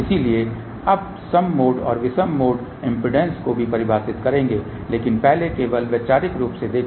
इसलिए अब सम मोड और विषम मोड इम्पीडेन्स को भी परिभाषित करेंगे लेकिन पहले केवल वैचारिक रूप से देखें